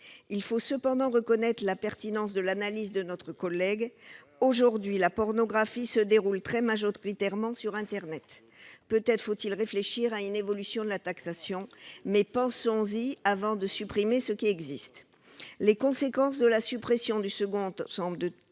Il faut cependant reconnaître la pertinence de l'analyse de notre collègue. Aujourd'hui, la pornographie est très majoritairement diffusée sur internet. Peut-être faut-il réfléchir à une évolution de la taxation, mais pensons-y avant de supprimer les dispositifs existants. Les conséquences de la suppression du second ensemble de